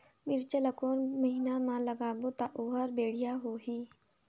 मिरचा ला कोन महीना मा लगाबो ता ओहार बेडिया होही?